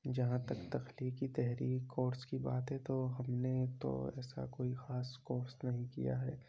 جہاں تک تخلیقی تحریر کورس کی بات ہے تو وہ ہم نے تو ایسا کوئی خاص کورس نہیں کیا ہے